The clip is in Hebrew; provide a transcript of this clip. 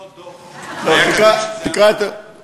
באותו דוח היה כתוב שזה עלה.